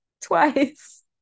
twice